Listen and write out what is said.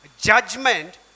Judgment